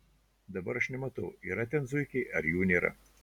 dabar aš nematau yra ten zuikiai ar jų nėra